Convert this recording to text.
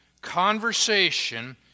conversation